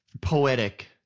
poetic